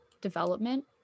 development